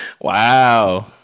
Wow